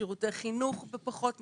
שירותי חינוך בפחות נגישות,